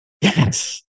Yes